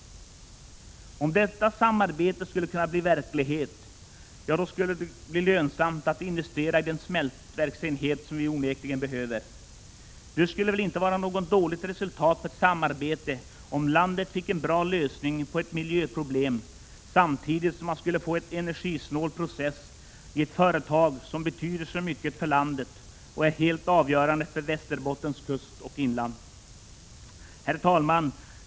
Om detta samarbete skulle kunna bli verklighet, skulle det också bli lönsamt att investera i den nya smältverksenhet som vi onekligen behöver. Det skulle väl inte vara något dåligt resultat av ett samarbete om landet fick en bra lösning på ett miljöproblem, samtidigt som man skulle få en energisnål process i ett företag som betyder mycket för landet och är helt avgörande för Västerbottens kustoch inland. Herr talman!